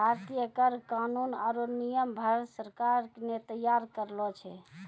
भारतीय कर कानून आरो नियम भारत सरकार ने तैयार करलो छै